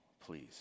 please